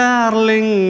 Darling